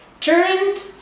turned